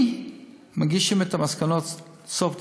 מגישים את המסקנות בסוף דצמבר,